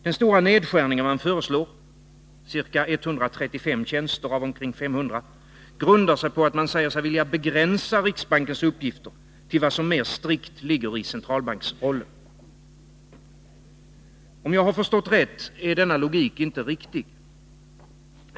Den stora nedskärning som man föreslår — med ca 135 tjänster av omkring 500— grundar sig på att man säger sig vilja begränsa riksbankens uppgifter till vad som mer strikt ligger i centralbanksrollen. Om jag har förstått rätt är detta inte logiskt.